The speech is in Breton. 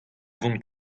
vont